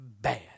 bad